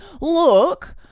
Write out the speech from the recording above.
Look